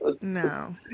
No